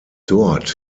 dort